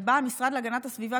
ובה המשרד להגנת הסביבה,